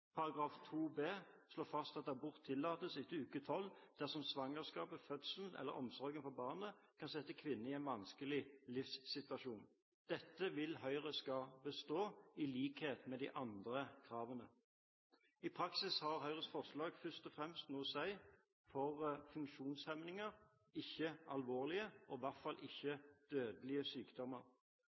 b) slås det fast at abort tillates etter uke tolv dersom svangerskapet, fødselen eller omsorgen for barnet kan sette kvinnen i en vanskelig livssituasjon. Dette vil Høyre skal bestå, i likhet med de andre kravene. I praksis har Høyres forslag først og fremst noe å si for funksjonshemninger, ikke alvorlige, og i hvert fall ikke dødelige sykdommer.